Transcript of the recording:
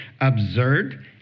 absurd